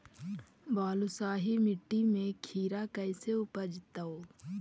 बालुसाहि मट्टी में खिरा कैसे उपजतै?